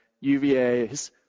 UVA's